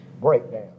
breakdown